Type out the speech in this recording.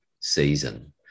season